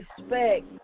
respect